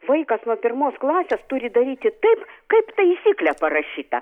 vaikas nuo pirmos klasės turi daryti taip kaip taisyklė parašyta